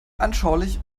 anschaulich